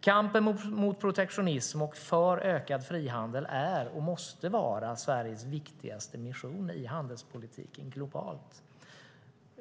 Kampen mot protektionism och för ökad frihandel är och måste vara Sveriges viktigaste mission i handelspolitiken globalt.